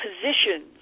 positions